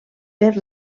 per